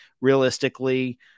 realistically